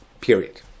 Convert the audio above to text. period